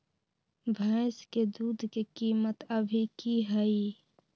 भैंस के दूध के कीमत अभी की हई?